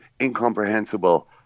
Incomprehensible